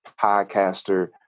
podcaster